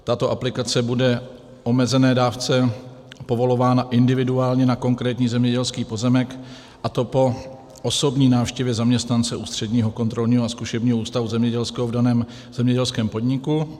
Tato aplikace bude v omezené dávce povolována individuálně na konkrétní zemědělský pozemek, a to po osobní návštěvě zaměstnance Ústředního kontrolního a zkušebního ústavu zemědělského v daném zemědělském podniku.